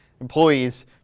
employees